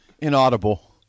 Inaudible